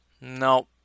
no